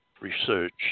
research